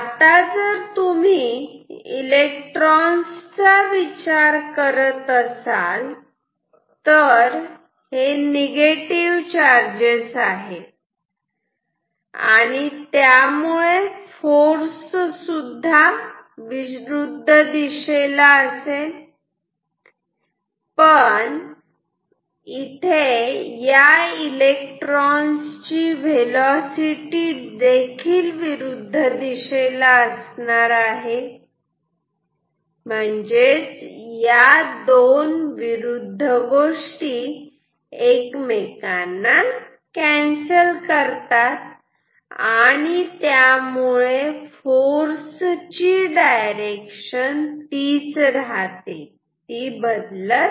आता जर तुम्ही इलेक्ट्रॉन्स चा विचार करत असाल तर ते निगेटिव्ह चार्जेस आहेत आणि त्यामुळे फोर्स सुद्धा विरुद्ध दिशेला असेल पण इलेक्ट्रॉनिक्सची वेलोसिटी देखील विरुद्ध दिशेला असणार आहे म्हणजे दोन विरुद्ध गोष्टी एकमेकांना कॅन्सल करतात आणि त्यामुळे फोर्स ची डायरेक्शन तीच राहते